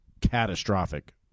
catastrophic